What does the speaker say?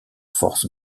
force